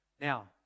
Now